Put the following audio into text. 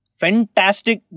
fantastic